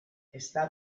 está